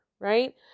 Right